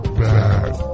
bad